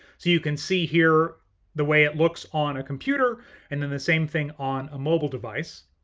so you can see here the way it looks on a computer and then the same thing on a mobile device.